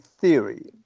theory